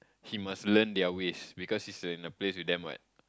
he must learn their ways because he's in the place with them [what]